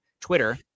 twitter